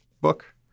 book